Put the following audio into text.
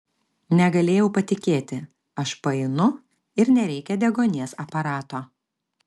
negalėjau patikėti aš paeinu ir nereikia deguonies aparato